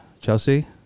Chelsea